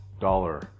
dollar